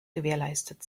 gewährleistet